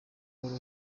wari